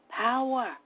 power